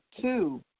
Two